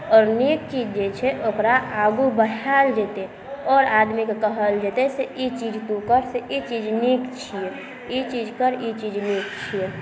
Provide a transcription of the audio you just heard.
आओर नीक चीज जे छै ओकरा आगू बढ़ायल जेतै आओर आदमीकेँ कहल जेतै से ई चीज तू कर से ई चीज नीक छियै ई चीज कर ई चीज नीक छियै